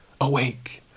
Awake